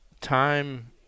time